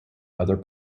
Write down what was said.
other